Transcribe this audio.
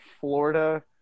Florida